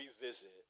revisit